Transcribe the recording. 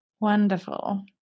Wonderful